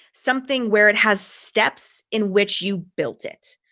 something where it has steps in which you built it,